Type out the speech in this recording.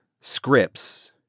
scripts